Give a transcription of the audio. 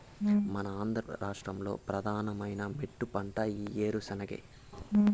మన ఆంధ్ర రాష్ట్రంలో ప్రధానమైన మెట్టపంట ఈ ఏరుశెనగే